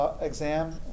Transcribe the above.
exam